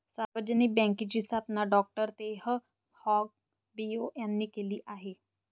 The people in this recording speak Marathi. सार्वजनिक बँकेची स्थापना डॉ तेह हाँग पिओ यांनी केली आहे